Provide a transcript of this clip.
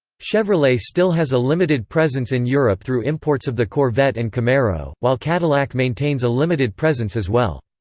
chevrolet still has a limited presence in europe through imports of the corvette and camaro, while cadillac maintains a limited presence as well.